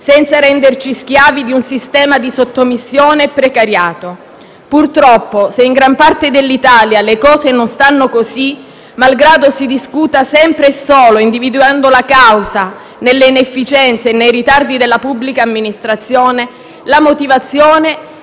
senza renderci schiavi di un sistema di sottomissione e precariato. Purtroppo, se in gran parte dell'Italia le cose non stanno così, malgrado si discuta sempre e solo individuando la causa nelle inefficienze e nei ritardi della pubblica amministrazione, la motivazione